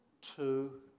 two